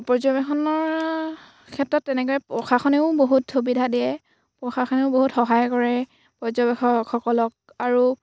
পৰ্যবেক্ষণৰ ক্ষেত্ৰত তেনেকৈ প্ৰশাসনেও বহুত সুবিধা দিয়ে প্ৰশাসনেও বহুত সহায় কৰে পৰ্যবেক্ষকসকলক আৰু